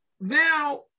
now